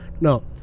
No